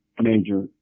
major